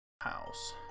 house